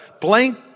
blank